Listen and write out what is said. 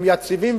הם יציבים,